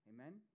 Amen